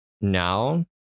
now